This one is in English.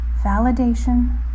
Validation